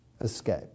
escape